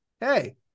hey